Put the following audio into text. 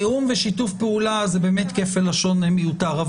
תיאום ושיתוף פעולה זה באמת כפל לשון מיותר.